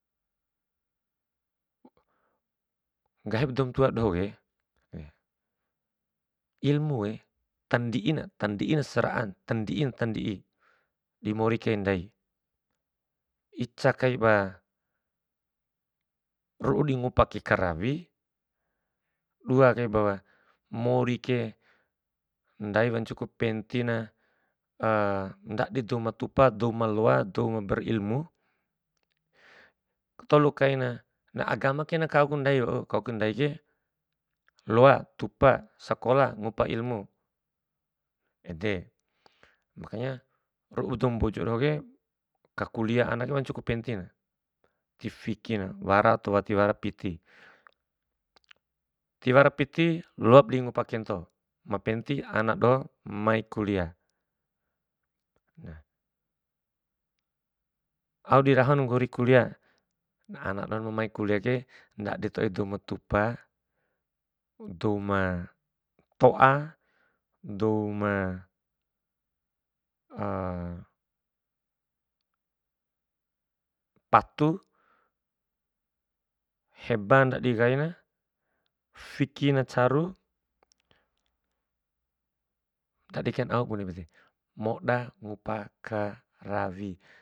nggahi ba doum tua dohoke, ilmu tandi'in ntandi'i na sara'an, tandi'in, tandi'in dimori kaim ndai, ica kai ba ru'u di ngupa kai karawi, dua kai ba morike ndai wancuku pentingna ndadi dou ma tuba, dou ma loa, dou ma berilmu. Tolu kaina, na agamake na kau ndai wau, kauku ndake loa, tupa, sakola ngupa ilmu. Ede, makanya ru'u dou mbojo dohoke ka kulia ana ke wancuku pentin, tifikin wara atau wati wara piti. Tiwara piti loap dingupa kento, ma penti ana doho mai kulia. Au dirahon nggori kulia, ana dohon ma mai kuliake ndadi toi douma tupa, dauma to'a, douma patu, heba ndadi kain, fikina caru, ndadi kain au bunem ede, moda ngupa karawi.